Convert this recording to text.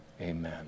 amen